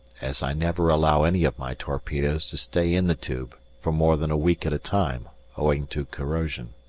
as i never allow any of my torpedoes to stay in the tube for more than a week at a time owing to corrosion.